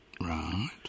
Right